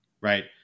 right